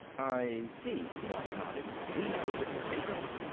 i see. moss nodded. we know, but they don't.